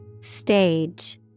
Stage